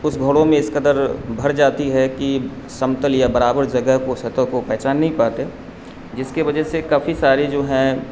اس گھڑوں میں اس قدر بھر جاتی ہے کہ سمتل یا برابر جگہ کو سطح کو پہچان نہیں پاتے جس کے وجہ سے کافی سارے جو ہیں